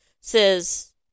says